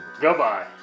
Goodbye